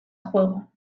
juego